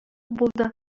булды